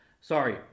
Sorry